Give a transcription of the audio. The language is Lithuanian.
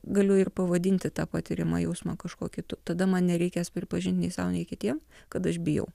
galiu ir pavadinti tą patyrimą jausmą kažkuo kitu tada man nereikės pripažinti nei sau nei kitiem kad aš bijau